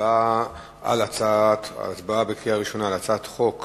הצבעה בקריאה ראשונה על הצעת חוק